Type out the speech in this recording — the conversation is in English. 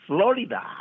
Florida